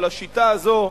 אבל השיטה הזאת,